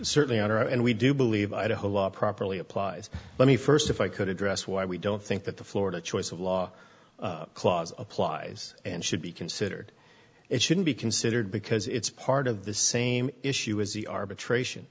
certainly honor and we do believe idaho law properly applies let me first if i could address why we don't think that the florida choice of law clause applies and should be considered it shouldn't be considered because it's part of the same issue as the arbitration